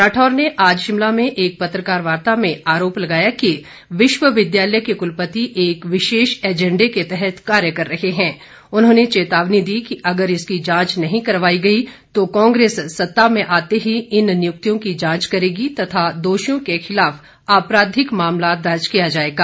राठौर ने आज शिमला में एक पत्रकार वार्ता में आरोप लगाया की विश्वविद्यालय के कुलपति एक विशेष एजेंडे के तहत कार्य कर रहे हैं उन्होंने चेतावनी दी कि अगर इसकी जांच नही करवाई गई तो कांग्रेस सत्ता में आते ही इन नियुक्तियों की जांच करेगी तथा दोषियों के खिलाफ आपराधिक मामला दर्ज किया जाएगा